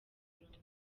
burundu